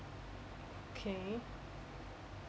okay